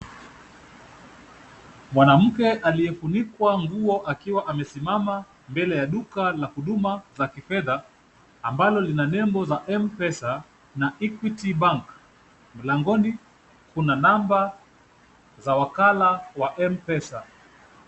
Mwanamke aliyefunikwa nguo akiwa amesimama mbele ya duka la huduma za kifedha ambalo zina nembo za MPESA na Equity Bank . Langoni kuna namba za wakala wa MPESA.